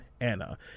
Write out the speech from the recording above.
Anna